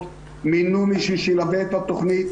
ללמוד פיזיקה, מתמטיקה, תכנות,